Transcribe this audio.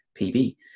PB